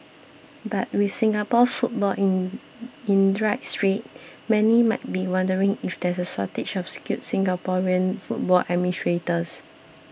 but with Singapore football in in dire straits many might be wondering if there's a shortage of skilled Singaporean football administrators